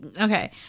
Okay